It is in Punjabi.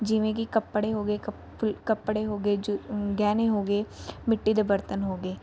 ਜਿਵੇਂ ਕਿ ਕੱਪੜੇ ਹੋ ਗਏ ਕੱਪਲ ਕੱਪੜੇ ਹੋ ਗਏ ਜ ਗਹਿਣੇ ਹੋ ਗਏ ਮਿੱਟੀ ਦੇ ਬਰਤਨ ਹੋ ਗਏ